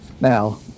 Now